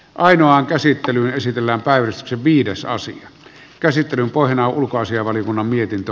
ainoan käsittelyä esitellä päivysti viidessä asian käsittelyn pohjana on ulkoasiainvaliokunnan mietintö